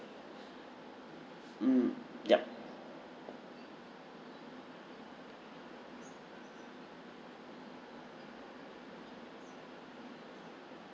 mm ya